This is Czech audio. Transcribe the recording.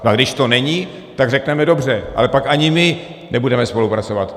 A když to není, tak řekneme: dobře, ale pak ani my nebudeme spolupracovat.